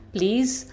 Please